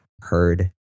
heard